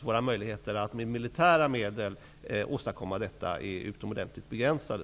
Våra möjligheter att med militära medel åstadkomma detta är trots allt utomordentligt begränsade.